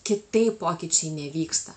kitaip pokyčiai nevyksta